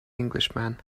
englishman